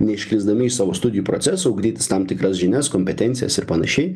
neišlįsdami iš savo studijų procesų ugdytis tam tikras žinias kompetencijas ir panašiai